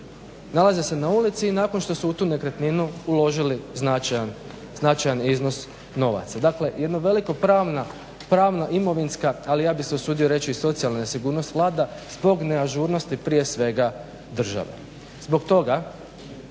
nalaze se na ulici i nakon što su u tu nekretninu uložili značajan iznos novaca. Dakle, jedna veliko pravno-imovinska, ali ja bih se usudio reći i socijalna nesigurnost vlada zbog neažurnosti prije svega države. Zbog toga